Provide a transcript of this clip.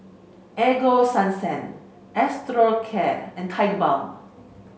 Ego Sunsense Osteocare and Tigerbalm